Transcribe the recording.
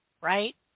right